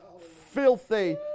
filthy